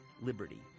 liberty